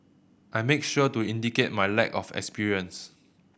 I make sure to indicate my lack of experience